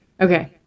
okay